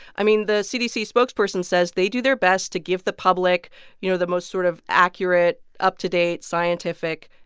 i mean, the cdc spokesperson says they do their best to give the public, you know, the most sort of accurate, up-to-date, scientific,